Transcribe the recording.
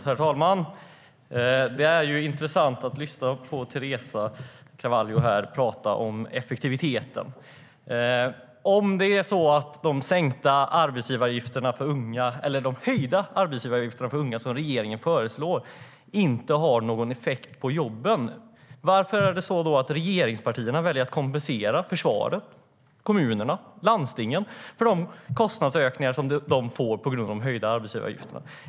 Herr talman! Det är intressant att höra Teresa Carvalho tala om effektiviteten. Om det är så att de höjda arbetsgivaravgifterna för unga som regeringen föreslår inte har någon effekt på jobben, varför väljer då regeringspartierna att kompensera försvaret, kommunerna och landstingen för de kostnadsökningar som de får på grund av de höjda arbetsgivaravgifterna?